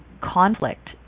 conflict